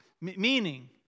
meaning